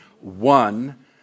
One